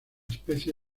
especie